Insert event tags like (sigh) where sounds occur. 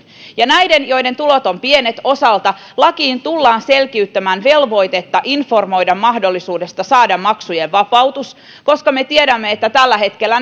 niin näiden osalta joiden tulot ovat pienet lakiin tullaan selkiyttämään velvoitetta informoida mahdollisuudesta saada maksujen vapautus koska me tiedämme että tällä hetkellä (unintelligible)